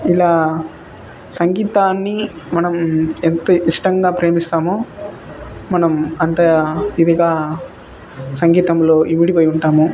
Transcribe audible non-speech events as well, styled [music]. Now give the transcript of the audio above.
ఇలా సంగీతాన్ని మనం [unintelligible] ఎంత ఇష్టంగా ప్రేమిస్తామో మనం అంతా ఇదిగా సంగీతంలో ఇమిడిపోయి ఉంటాము